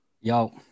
Yo